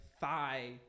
thigh